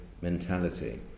mentality